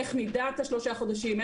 איך נדע את השלושה חודשים,